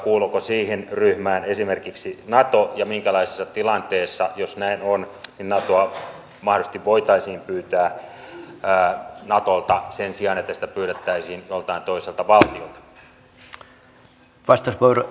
kuuluuko siihen ryhmään esimerkiksi nato ja minkälaisessa tilanteessa jos näin on apua mahdollisesti voitaisiin pyytää natolta sen sijaan että sitä pyydettäisiin joltain toiselta valtiolta